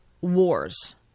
wars